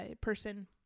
person